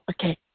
Okay